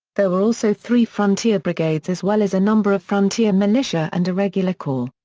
there were also three frontier brigades as well as a number of frontier militia and irregular corps.